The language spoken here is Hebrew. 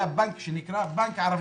היה בנק שנקרא בנק ערבי-ישראלי,